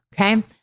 okay